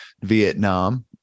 Vietnam